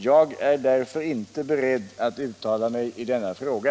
Jag är därför inte beredd att uttala mig i denna fråga.